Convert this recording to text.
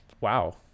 Wow